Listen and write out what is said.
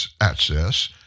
access